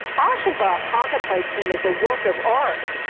aschenbach contemplates him as a work of art,